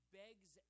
begs